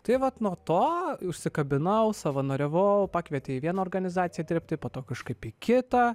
tai vat nuo to užsikabinau savanoriavau pakvietė į vieną organizaciją dirbti po to kažkaip į kitą